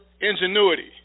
ingenuity